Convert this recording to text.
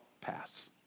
pass